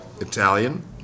Italian